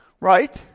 Right